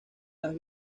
las